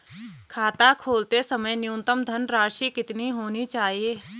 खाता खोलते समय न्यूनतम धनराशि कितनी होनी चाहिए?